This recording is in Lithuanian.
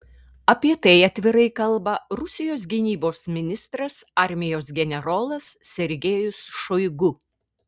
apie tai atvirai kalba rusijos gynybos ministras armijos generolas sergejus šoigu